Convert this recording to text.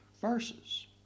verses